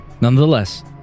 Nonetheless